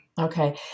Okay